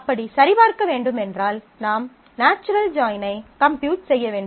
அப்படி சரிபார்க்க வேண்டும் என்றால் நாம் நேச்சுரல் ஜாயின் ஐ கம்ப்யூட் செய்யவேண்டும்